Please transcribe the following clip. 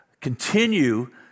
continue